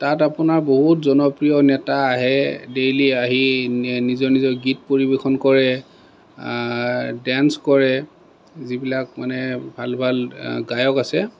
তাত আপোনাৰ বহুত জনপ্ৰিয় নেতা আহে ডেইলি আহি নিজৰ নিজৰ গীত পৰিৱেশন কৰে ডেঞ্চ কৰে যিবিলাক মানে ভাল ভাল গায়ক আছে